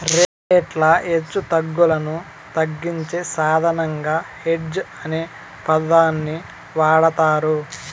రేట్ల హెచ్చుతగ్గులను తగ్గించే సాధనంగా హెడ్జ్ అనే పదాన్ని వాడతారు